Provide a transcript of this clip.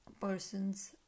person's